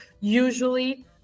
usually